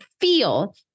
feel